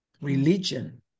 religion